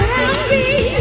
happy